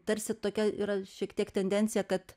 tarsi tokia yra šiek tiek tendencija kad